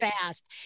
fast